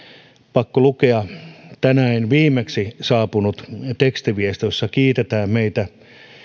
pakko lukea tänään viimeksi saapunut tekstiviesti jossa kiitetään meitä